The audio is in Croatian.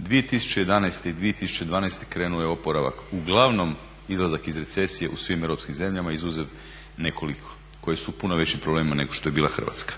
2011. i 2012. krenuo je oporavak, uglavnom izlazak iz recesije u svim europskim zemljama izuzev nekoliko koje su u puno većim problemima nego što je bila Hrvatska.